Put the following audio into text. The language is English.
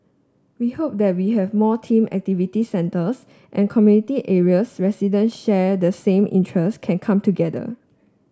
we hope that we have more team activity centres and community areas resident share the same interests can come together